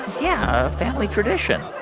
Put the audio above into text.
yeah, a family tradition